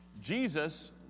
Jesus